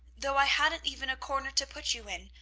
though i hadn't even a corner to put you in,